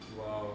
!wow!